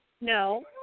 no